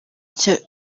cyo